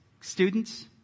Students